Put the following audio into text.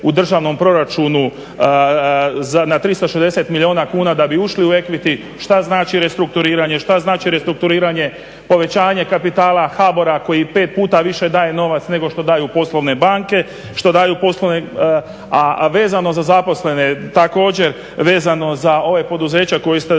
u državnom proračunu na 360 milijuna kuna da bi ušli u …, šta znači restrukturiranje, šta znači restrukturiranje povećanje kapitala HBOR-a koji pet puta više daje novac nego što daju poslovne banke. A vezano za zaposlene, također vezano za ova poduzeća koja ste govorili,